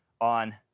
on